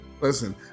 Listen